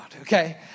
okay